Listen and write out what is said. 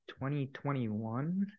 2021